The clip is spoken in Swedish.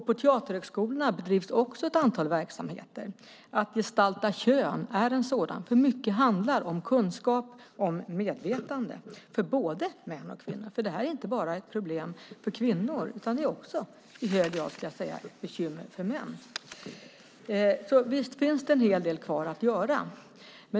På teaterhögskolorna bedrivs också ett antal verksamheter. Projektet Att gestalta kön är en sådan, för mycket handlar om kunskap och medvetande för både män och kvinnor. Detta är ju inte bara ett problem för kvinnor, utan det är också i hög grad bekymmer för män. Det finns alltså en hel del kvar att göra.